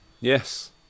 Yes